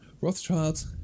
Rothschilds